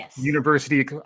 university